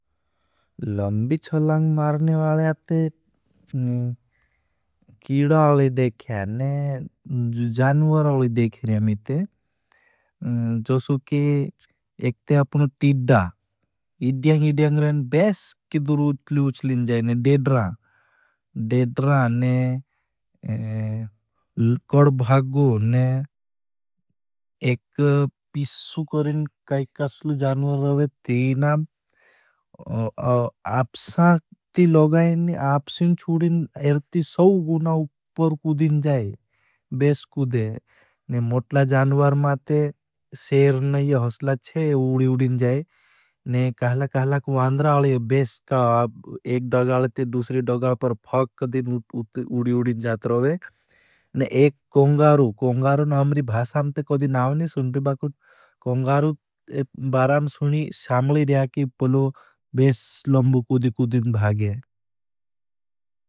लंबी चलांग मारने वाले आते, कीड़ा अले देखिया ने, जानवर अले देखिया में ते। जसू के एक ते आपनो टीड़ा, इड्डियांग इड्डियांग रहें, बैस के दूरू उचली उचली जाये ने। डेड्रा, डेड्रा ने कड़ भाग ने एक पिसू करें काई कासल जानवर रहे ती ना। आपसा ती लोगा ने आपसीन चूड़िन इरती सव गुणा उपर कुदिन जाये। बैस कुदे, ने मोटला जानवर माते सेर नहीं हसलाच छे उड़ी उड़ी जाये। ने कहला कहला क्वांद्राल ये बैस का एक डौगाल ती दूसरी डौगाल पर फाक कदिन उड़ी उड़ी जात रहे। ने एक कोंगारू, कोंगारू ना हमरी भासाम ते कदी नावनी सुनती बाकुर, को एस लंबु कुदि कुदिन भागे